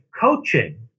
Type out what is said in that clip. Coaching